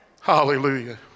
Hallelujah